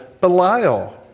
Belial